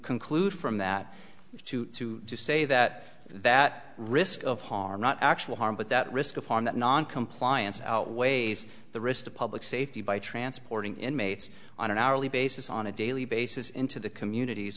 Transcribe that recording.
conclude from that is to say that that risk of harm not actual harm but that risk of harm that noncompliance outweighs the risk to public safety by transporting inmates on an hourly basis on a daily basis into the communities